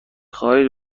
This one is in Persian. خواهید